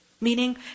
Meaning